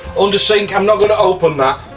under sink, i'm not gonna open that.